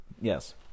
Yes